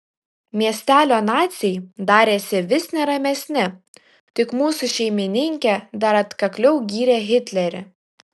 miestelio naciai darėsi vis neramesni tik mūsų šeimininkė dar atkakliau gyrė hitlerį